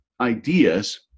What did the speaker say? ideas